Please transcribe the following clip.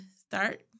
start